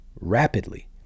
rapidly